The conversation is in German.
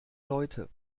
leute